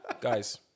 Guys